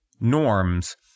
norms